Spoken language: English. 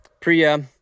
Priya